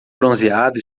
bronzeado